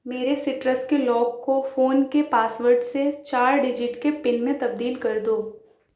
میرے سٹرس کے لاک کو فون کے پاس وڈ سے چار ڈیجٹ کے پن میں تبدیل کر دو